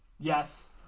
Yes